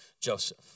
Joseph